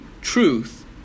truth